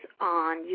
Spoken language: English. on